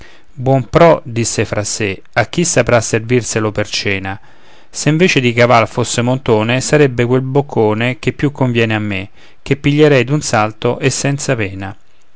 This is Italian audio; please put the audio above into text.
buon pro disse fra sé a chi saprà servirselo per cena se invece di caval fosse montone sarebbe quel boccone che più conviene a me che piglierei d'un salto e senza pena